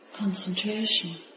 concentration